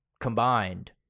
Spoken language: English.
combined